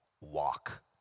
Walk